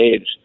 age